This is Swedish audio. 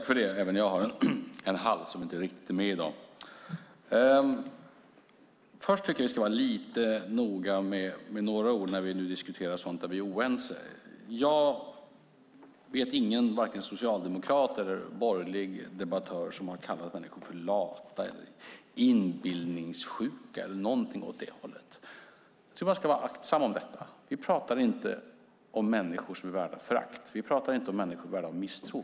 Fru talman! Först tycker jag att vi ska vara lite noga med några ord när vi diskuterar sådant som vi är oense om. Jag vet ingen, varken socialdemokrat eller borgerlig debattör, som har kallat människor lata, inbillningssjuka eller någonting åt det hållet. Jag tycker att man ska vara aktsam med detta. Vi pratar inte om människor som är värda förakt. Vi pratar inte om människor som är värda misstro.